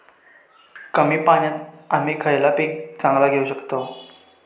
कमी पाण्यात आम्ही खयला पीक चांगला घेव शकताव?